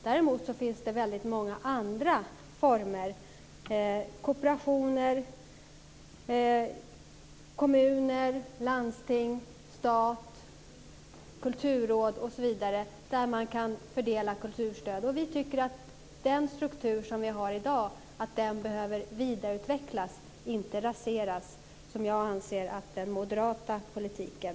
Däremot finns det väldigt många andra former - kooperationer, kommuner, landsting, stat, kulturråd osv. - för fördelning av kulturstöd. Vi tycker att den struktur vi har i dag behöver vidareutvecklas - inte raseras, vilket jag anser blir följden av den moderata politiken.